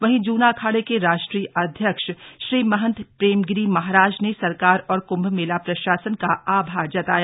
वहीं जूना अखाड़े के राष्ट्रीय अध्यक्ष श्रीमहंत प्रेमगिरि महाराज ने सरकार और कुम्म मेला प्रशासन का आभार जताया